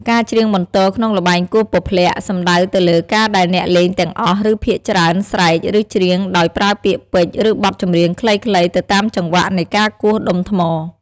ការច្រៀងបន្ទរក្នុងល្បែងគោះពព្លាក់ សំដៅទៅលើការដែលអ្នកលេងទាំងអស់ ឬភាគច្រើនស្រែក ឬច្រៀងដោយប្រើពាក្យពេចន៍ ឬបទចម្រៀងខ្លីៗ ទៅតាមចង្វាក់នៃការគោះដុំថ្ម។